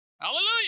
Hallelujah